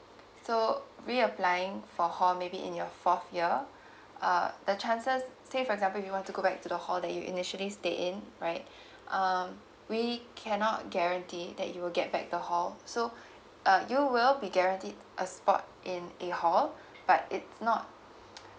so reapplying for hall maybe in your fourth year uh the chances say for example you want to go back to the hall that you initially stayed in right um we cannot guarantee that you will get back the hall so uh you will be guaranteed a spot in a hall but it's not